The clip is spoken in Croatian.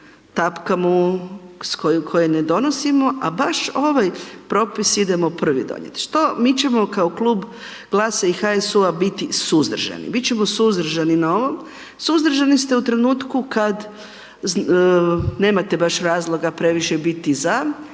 tapkamo, koje ne donosimo a baš ovaj propis idemo prvi donijet. Mi ćemo kao klub GLAS-a i HSU-a biti suzdržani. Bit ćemo suzdržani na ovo, suzdržani ste u trenutku kad nemate baš razloga previše biti za,